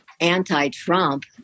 anti-Trump